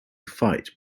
fight